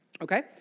okay